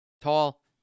Tall